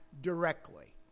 directly